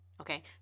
Okay